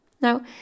Now